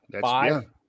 five